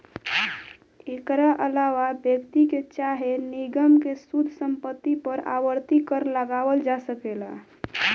एकरा आलावा व्यक्ति के चाहे निगम के शुद्ध संपत्ति पर आवर्ती कर लगावल जा सकेला